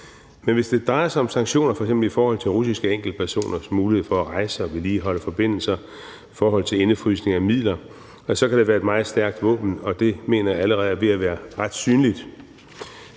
men hvis det drejer sig om sanktioner f.eks. i forhold til russiske enkeltpersoners mulighed for at rejse og vedligeholde forbindelser og i forhold til indefrysning af midler, kan det være et meget stærkt våben, og det mener jeg allerede er ved at være ret synligt.